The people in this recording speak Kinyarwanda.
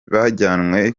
bajyanwe